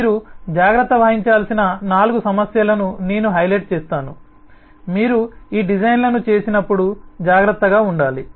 మీరు జాగ్రత్త వహించాల్సిన నాలుగు సమస్యలను నేను హైలైట్ చేస్తాను మీరు ఈ డిజైన్లను చేసినప్పుడు జాగ్రత్తగా ఉండాలి